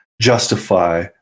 justify